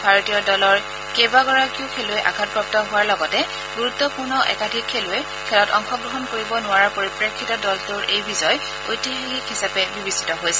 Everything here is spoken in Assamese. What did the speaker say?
ভাৰতীয় দলৰ কেইবাগৰাকীও খেলুৱৈ আঘাতপ্ৰাপ্ত হোৱাৰ লগতে গুৰুত্বপূৰ্ণ একাধিক খেলুৱৈয়ে খেলত অংশগ্ৰহণ কৰিব নোৱাৰাৰ পৰিপ্ৰেক্ষিতত দলটোৰ এই বিজয় ঐতিহাসিক হিচাপে বিবেচিত হৈছে